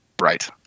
Right